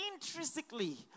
intrinsically